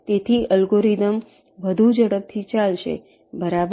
તેથી અલ્ગોરિધમ વધુ ઝડપથી ચાલશે બરાબર